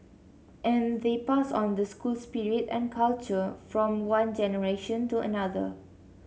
and they pass on the school spirit and culture from one generation to another